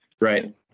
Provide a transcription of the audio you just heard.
right